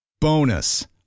Bonus